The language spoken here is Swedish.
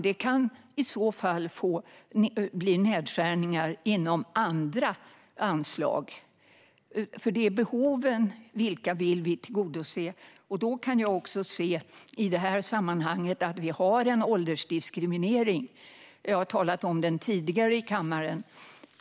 Det kan i så fall bli nedskärningar av anslag inom andra områden, för det handlar om vilka behov vi vill tillgodose. Jag kan också se att vi har åldersdiskriminering i det här sammanhanget. Jag har talat om den tidigare i kammaren.